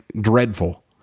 dreadful